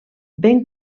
ben